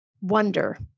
wonder